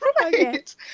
Right